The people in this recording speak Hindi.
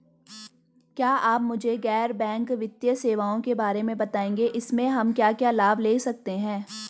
क्या आप मुझे गैर बैंक वित्तीय सेवाओं के बारे में बताएँगे इसमें हम क्या क्या लाभ ले सकते हैं?